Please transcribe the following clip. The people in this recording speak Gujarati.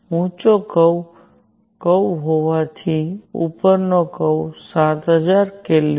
ઊંચો કર્વ ઊંચો કર્વ હોવાથી ઉપરનો કર્વ 7000 K